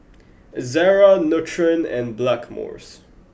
Ezerra Nutren and Blackmores